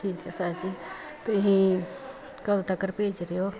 ਠੀਕ ਹੈ ਸਰ ਜੀ ਤੁਸੀਂ ਕਦੋਂ ਤੱਕ ਭੇਜ ਰਹੇ ਹੋ